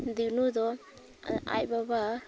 ᱫᱤᱱᱩ ᱫᱚ ᱟᱡ ᱵᱟᱵᱟ